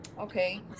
Okay